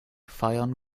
feiern